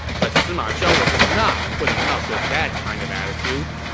but sima zhao was not putting up with that kind of attitude.